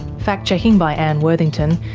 fact checking by anne worthington.